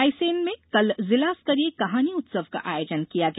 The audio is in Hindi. रायसेन में कल जिला स्तरीय कहानी उत्सव का आयोजन किया गया